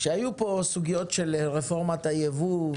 כשהיו כאן סוגיות של רפורמת היבוא,